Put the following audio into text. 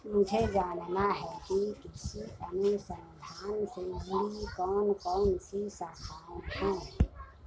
मुझे जानना है कि कृषि अनुसंधान से जुड़ी कौन कौन सी शाखाएं हैं?